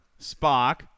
Spock